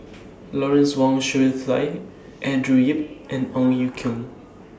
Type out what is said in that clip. Lawrence Wong Shyun Tsai Andrew Yip and Ong Ye Kung